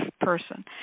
person